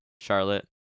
Charlotte